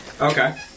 Okay